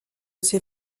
ces